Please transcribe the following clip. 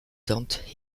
dante